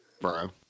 Bro